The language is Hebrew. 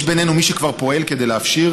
יש בינינו מי שכבר פועלים כדי להפשיר